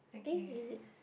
eh is it